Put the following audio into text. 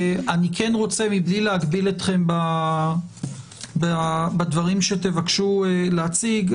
מבלי להגביל אתכם בדברים שתבקשו להציג,